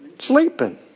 Sleeping